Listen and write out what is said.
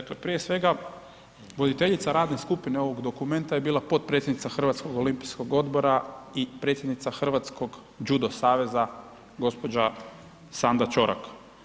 Dakle, prije svega voditeljica radne skupine ovog dokumenta je bila potpredsjednica Hrvatskog olimpijskog odbora i predsjednica Hrvatskog judo saveza gđa. Sanda Ćorak.